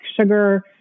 sugar